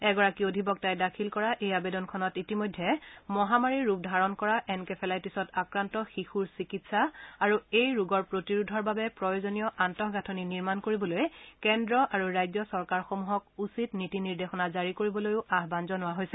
এগৰাকী অধিবক্তাই দাখিল কৰা এই আৱেদনখনত ইতিমধ্যে মহামাৰীৰ ৰূপ ধাৰণ কৰা এনকেফেলাইটিছত আক্ৰান্ত শিশুৰ চিকিৎসা আৰু এই ৰোগৰ প্ৰতিৰোধৰ বাবে প্ৰয়োজনীয় আন্তঃগাথনি নিৰ্মাণ কৰিবলৈ কেন্দ্ৰ আৰু ৰাজ্য চৰকাৰসমূহক উচিত নীতি নিৰ্দেশনা জাৰি কৰিবলৈও আহবান জনোৱা হৈছে